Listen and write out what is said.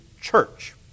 church